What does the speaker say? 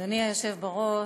אדוני היושב בראש,